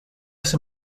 ese